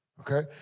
okay